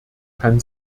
kann